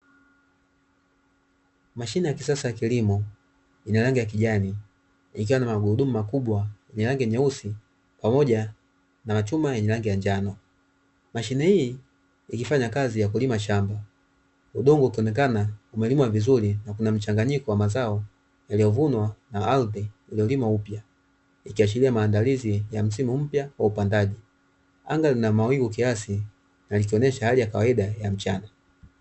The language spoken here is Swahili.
Mashine ya kisasa ya kilimo ina rangi ya kijani, ikiwa na magurudumu makubwa meusi pamoja na machuma yenye rangi ya njano. Mashine hii ikifanya kazi ya kulima shamba, udongo ukionekana umelimwa vizuri na kuna mchanganyiko mazao, yaliyovunwa na ardhi iliyolimwa upya. Ikiashiria maandalizi ya msimu mpya wa upandaji. Anga Iina mawingu kiasi, na likionyesha hali ya kawaida ya mchana.